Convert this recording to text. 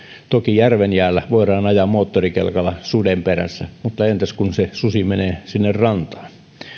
toki järven jäällä voidaan ajaa moottorikelkalla suden perässä mutta entäs kun se susi menee sinne rantaan